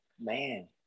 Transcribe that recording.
man